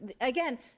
again